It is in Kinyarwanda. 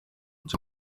cyo